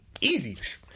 easy